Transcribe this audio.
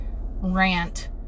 rant